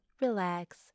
relax